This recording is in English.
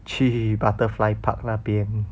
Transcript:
去 butterfly park 那边